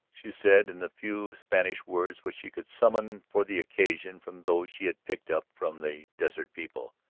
she said in the few spanish words which she could summon for the occasion from those she had picked up from the desert people.